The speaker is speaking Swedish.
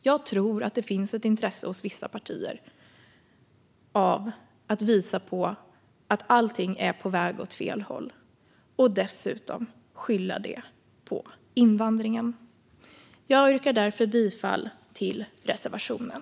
Jag tror att det hos vissa partier finns ett intresse av att visa på att allting är på väg åt fel håll och dessutom av att skylla det på invandringen. Jag yrkar därför bifall till reservationen.